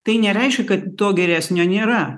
tai nereiškia kad to geresnio nėra